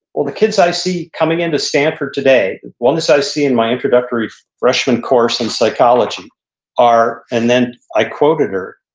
well, the kids i see coming into stanford today, one is i see in my introductory freshman course and psychology are, and then i quoted her,